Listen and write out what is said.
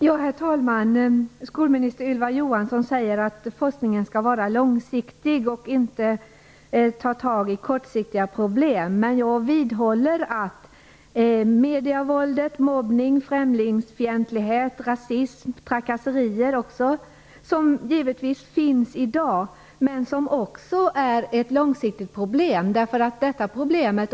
Herr talman! Skolminister Ylva Johansson säger att forskningen skall vara långsiktig och inte skall ta tag i långsiktiga problem. Men jag vidhåller att medievåld, mobbning, främlingsfientlighet, rasism och trakasserier som givetvis förekommer i dag är långsiktiga problem.